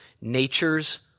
Nature's